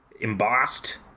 Embossed